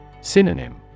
Synonym